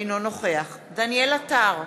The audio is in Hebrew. אינו נוכח דניאל עטר,